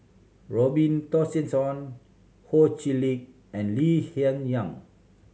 Robin Tessensohn Ho Chee Lick and Lee Hsien Yang